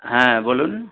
হ্যাঁ বলুন